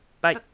bye